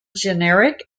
generic